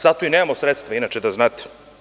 Zato i nemamo sredstva, inače, da znate.